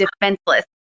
defenseless